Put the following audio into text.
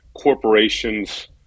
corporations